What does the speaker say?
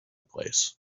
place